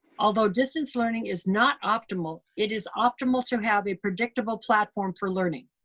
although distance learning is not optimal, it is optimal to have a predictable platform for learning.